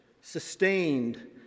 sustained